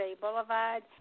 Boulevard